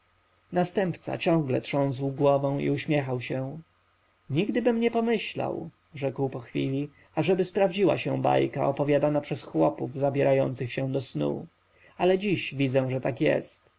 następca ciągle trząsł głową i uśmiechał się nigdybym nie myślał rzekł po chwili ażeby sprawdziła się bajka opowiadana przez chłopów zabierających się do snu ale dziś widzę że tak jest